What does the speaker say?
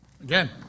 again